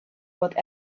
what